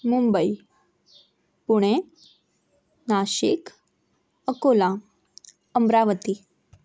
Mumbai Pune Nashik Akola Amravati